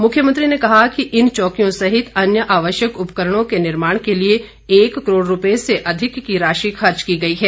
मुख्यमंत्री ने कहा कि इन चौकियों सहित अन्य आवश्यक उपकरणों के निर्माण के लिए एक करोड़ रूपये से अधिक की राशि खर्च की गई है